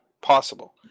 Possible